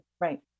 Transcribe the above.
Right